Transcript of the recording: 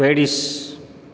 Paris